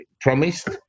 promised